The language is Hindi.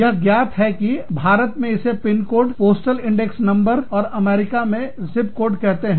यह ज्ञात है कि भारत में इसे पिनकोड पोस्टल इंडेक्स नंबर और अमेरिका में जिपकोड कहते हैं